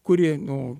kuri nu